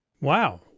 Wow